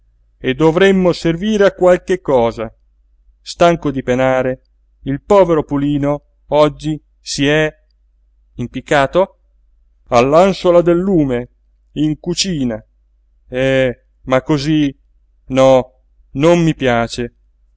e dovremmo servire a qualche cosa stanco di penare il povero pulino oggi si è impiccato all'ànsola del lume in cucina eh ma cosí no non mi piace